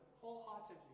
wholeheartedly